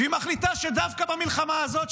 והיא מחליטה שדווקא במלחמה הזאת,